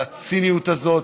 על הציניות הזאת,